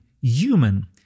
human